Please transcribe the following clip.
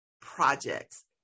projects